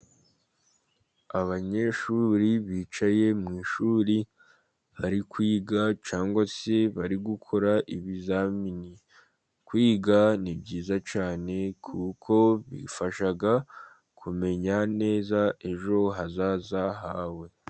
Abanyeshuri bicaye mu ishuri, bari kwiga cyangwa se bari gukora ibizamini. Kwiga ni byiza cyane, kuko bifasha kumenya neza ejo hazaza hawe.